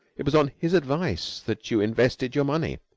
it was on his advice that you invested your money.